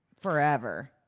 forever